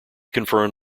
confirmed